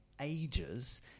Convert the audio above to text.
ages